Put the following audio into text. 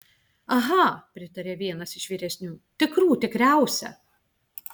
aha pritarė vienas iš vyresnių tikrų tikriausia